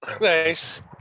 Nice